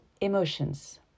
emotions